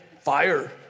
fire